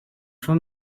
for